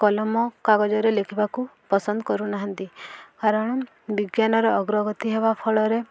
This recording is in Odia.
କଲମ କାଗଜରେ ଲେଖିବାକୁ ପସନ୍ଦ କରୁନାହାନ୍ତି କାରଣ ବିଜ୍ଞାନର ଅଗ୍ରଗତି ହେବା ଫଳରେ